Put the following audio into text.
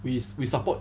we we support